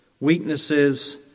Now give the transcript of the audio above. weaknesses